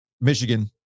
Michigan